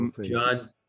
John